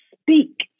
speak